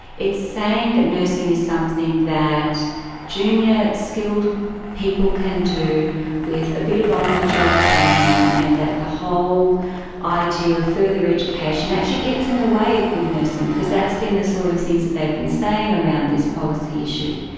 it's saying that nursing is something that junior skilled people can do with a bit of on-the-job training, and that the whole idea of further education, actually gets in the way of good nursing because that's been the sort of things that they've been saying around this policy issue,